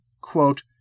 quote